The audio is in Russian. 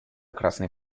красной